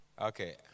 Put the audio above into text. Okay